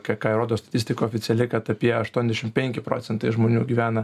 ką ką ir rodo statistika oficiali kad apie aštuonedešim penki procentai žmonių gyvena